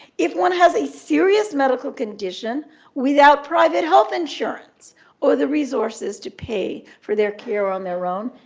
if one has a serious medical condition without private health insurance or the resources to pay for their care on their own,